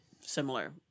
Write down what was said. similar